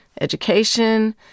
education